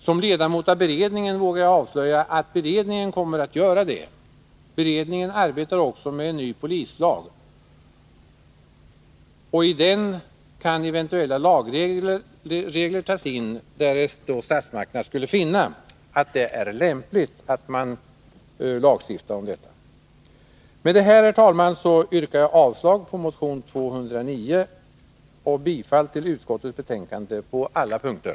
Som ledamot av polisberedningen vågar jag avslöja att beredningen kommer att göra det. Beredningen arbetar också med en ny polislag. I den kan eventuella lagregler tas in, därest statsmakterna skulle finna att det är lämpligt att lagstifta om detta. Med det anförda, herr talman, yrkar jag avslag på motion nr 209 och bifall till utskottets hemställan på alla punkter.